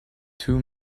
two